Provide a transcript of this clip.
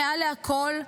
מעל לכול,